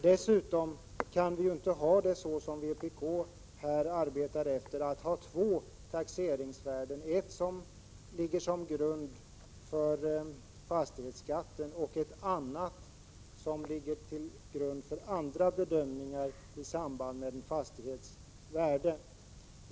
Dessutom går det inte att, som vpk förordar, ha två taxeringsvärden, nämligen ett som ligger till grund för fastighetsskatten och ett annat som ligger till grund för andra bedömningar vilka har samband med en fastighets värde.